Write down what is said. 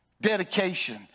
dedication